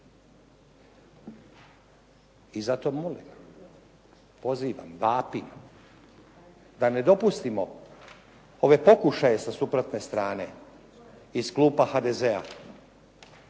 I zato molim, pozivam, vapim da ne dopustimo ove pokušaje sa suprotne strane iz kluba HDZ-a